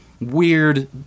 Weird